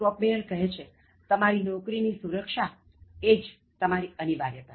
Kopmeyer કહે છે તમારી નોકરીની સુરક્ષા એજ તમારી અનિવાર્યતા